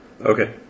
Okay